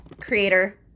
creator